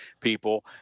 people